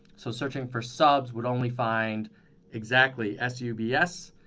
so searching for subs would only find exactly s u b s